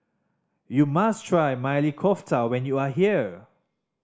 you must try Maili Kofta when you are here